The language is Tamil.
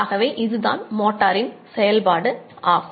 ஆகவே இது தான் மோட்டாரின் செயல்பாடு ஆகும்